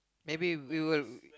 maybe we will